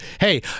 Hey